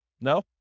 no